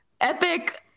epic